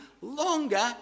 longer